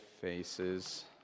faces